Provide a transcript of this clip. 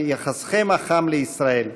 על יחסכם החם לישראל.